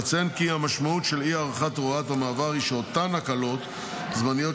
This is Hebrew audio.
אציין כי המשמעות של אי-הארכת הוראת המעבר היא שאותן הקלות זמניות